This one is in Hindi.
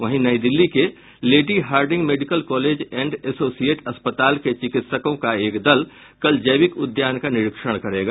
वहीं नई दिल्ली के Lady Harding Medical College and associate अस्पताल के चिकित्सकों का एक दल कल जैविक उद्यान का निरीक्षण करेगा